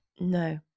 No